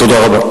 תודה רבה.